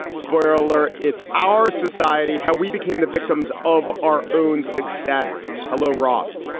spoiler alert, it's our society how we became the victims of our own success. hello, ross.